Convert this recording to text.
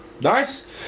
nice